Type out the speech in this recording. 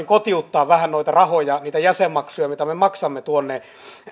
kotiuttaa vähän noita rahoja niitä jäsenmaksuja mitä me maksamme